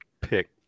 pick